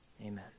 Amen